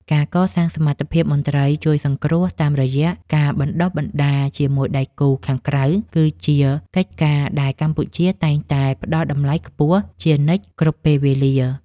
ការកសាងសមត្ថភាពមន្ត្រីជួយសង្គ្រោះតាមរយៈការបណ្តុះបណ្តាលជាមួយដៃគូខាងក្រៅ គឺជាកិច្ចការដែលកម្ពុជាតែងតែផ្តល់តម្លៃខ្ពស់ជានិច្ចគ្រប់ពេលវេលា។